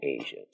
Asia